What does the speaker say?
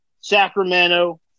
Sacramento